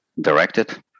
directed